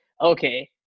okay